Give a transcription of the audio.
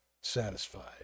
satisfied